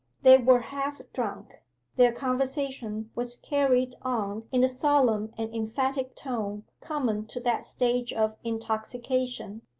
they were half drunk their conversation was carried on in the solemn and emphatic tone common to that stage of intoxication,